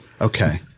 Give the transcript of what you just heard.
Okay